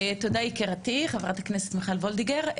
תודה, יקירתי, חה"כ מיכל וולדיגר.